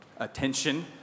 Attention